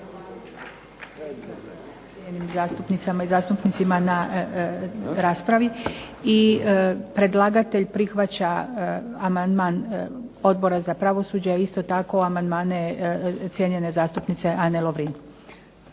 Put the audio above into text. cijenjenim zastupnicama i zastupnicima na raspravi i predlagatelj prihvaća amandman Odbora za pravosuđe, a isto tako amandmane cijenjenje zastupnice Ane Lovrin.